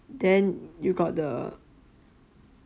then you got the